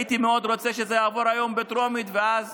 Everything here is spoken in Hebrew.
הייתי מאוד רוצה שזה יעבור היום בטרומית, ואז